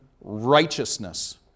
righteousness